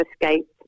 escaped